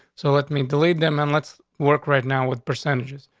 so let me delete them. and let's work right now with percentages.